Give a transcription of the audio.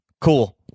cool